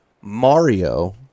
Mario